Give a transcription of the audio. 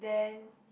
then